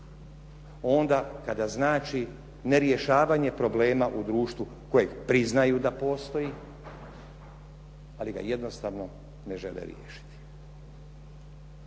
onda kada znači nerješavanje problema u društvu kojeg priznaju da postoji ali ga jednostavno ne žele riješiti.